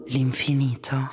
L'infinito